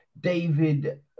David